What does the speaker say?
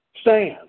stand